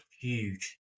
Huge